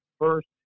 first